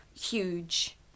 huge